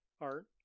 art